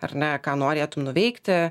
ar ne ką norėtum nuveikti